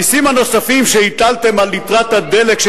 המסים הנוספים שהטלתם על ליטרת הדלק של